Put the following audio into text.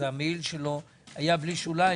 המעיל שלו היה בלי שוליים,